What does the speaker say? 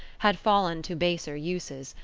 had fallen to baser uses,